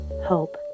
hope